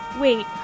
Wait